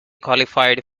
qualified